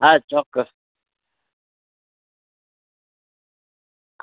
હા ચોક્કસ